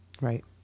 Right